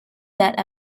that